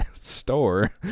Store